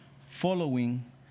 following